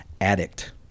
Addict